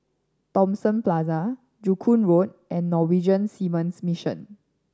Thomson Plaza Joo Koon Road and Norwegian Seamen's Mission